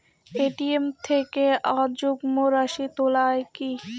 ATM থেকে অযুগ্ম রাশি তোলা য়ায় কি?